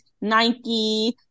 nike